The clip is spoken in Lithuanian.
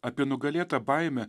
apie nugalėtą baimę